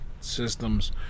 systems